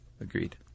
Agreed